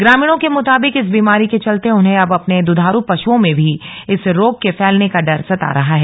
ग्रामीणों के मुताबिक इस बीमारी के चलते उन्हें अब अपने दुधारू पशुओं में भी इस रोग के फैलने का डर सता रहा है